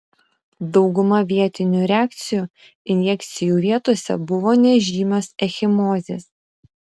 dauguma vietinių reakcijų injekcijų vietose buvo nežymios ekchimozės